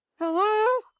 Hello